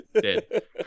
Dead